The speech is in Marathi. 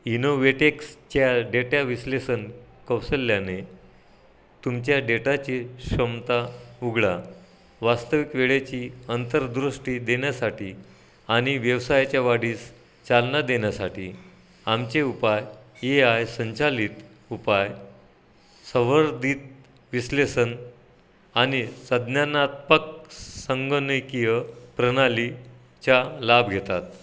इनोवेटेक्सच्या डेट्या विश्लेषण कौशल्याने तुमच्या डेटाची क्षमता उघडा वास्तविक वेळेची अंतरदृष्टी देण्यासाठी आणि व्यवसायाच्या वाढीस चालना देण्यासाठी आमचे उपाय ए आय संचालित उपाय संवर्धित विश्लेषण आणि संज्ञानात्मक संगणकीय प्रणालीच्या लाभ घेतात